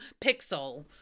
pixel